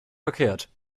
verkehrt